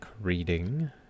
reading